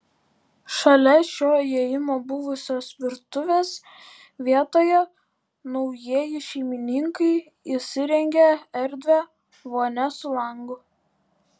šalia šio įėjimo buvusios virtuvės vietoje naujieji šeimininkai įsirengė erdvią vonią su langu